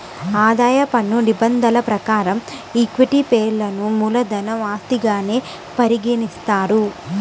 ఆదాయ పన్ను నిబంధనల ప్రకారం ఈక్విటీ షేర్లను మూలధన ఆస్తిగానే పరిగణిస్తారు